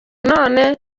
none